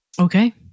okay